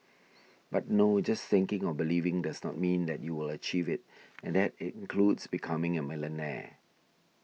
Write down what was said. but no just thinking or believing does not mean that you will achieve it and that includes becoming a millionaire